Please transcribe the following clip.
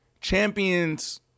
champions